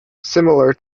similar